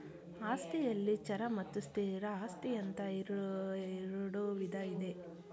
ಆಸ್ತಿಯಲ್ಲಿ ಚರ ಮತ್ತು ಸ್ಥಿರ ಆಸ್ತಿ ಅಂತ ಇರುಡು ವಿಧ ಇದೆ